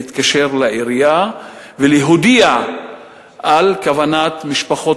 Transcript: להתקשר לעירייה ולהודיע על כוונת משפחות